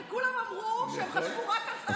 כי כולם אמרו שהם חשבו רק על שרת ההסברה.